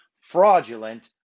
fraudulent